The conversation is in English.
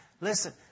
listen